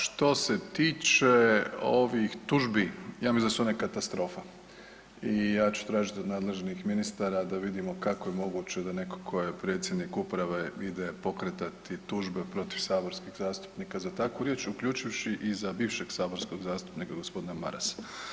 Što se tiče ovih tužbi, ja mislim da su one katastrofa i ja ću tražit od nadležnih ministara da vidimo kako je moguće da neko ko je predsjednik uprave ide pokretati tužbe protiv saborskih zastupnika za takvu riječ uključivši i za bivšeg saborskog zastupnika g. Marasa.